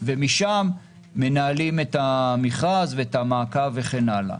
ומשם מנהלים את המכרז ואת המעקב וכן הלאה.